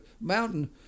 mountain